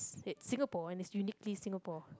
it's Singapore and it's uniquely Singapore